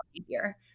easier